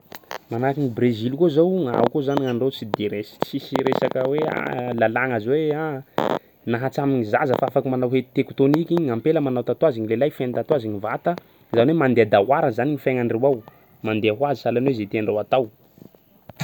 Manahikin'i Brezily koa zo ao koa zany gnadreo tsy de resi-tsisy resaka hoe lalagna azy hoe na hatramin'ny zaza fa afaky manao hoe tekitoniky gny ampela manao tatouage ny lelaihy feno tatouage ny vata zany hoe mandeh dahoara zany ny fiaginandreo ao mandeha ho azy salany hoe ze tiandreo atao